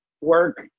work